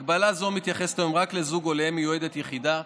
הגבלה זו מתייחסת היום רק לזוג או לאם מיועדת יחידה.